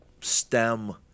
stem